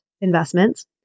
investments